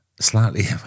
slightly